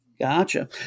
Gotcha